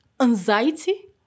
anxiety